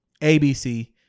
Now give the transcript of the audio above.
ABC